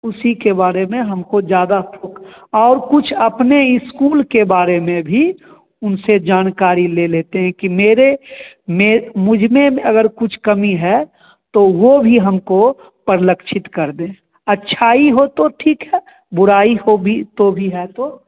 उसी के बारे में हमको ज़्यादा फोक और कुछ अपने इस्कूल के बारे में भी उनसे जानकारी ले लेते हैं कि मेरे मैं मुझ में अगर कुछ कमी है तो वह भी हमको परलक्षित कर दें अच्छा ही हो तो ठीक है बुरा ही हो भी तो भी है तो